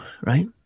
right